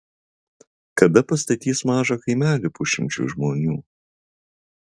kada pastatys mažą kaimelį pusšimčiui žmonių